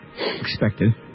expected